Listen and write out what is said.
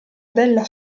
della